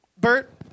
Bert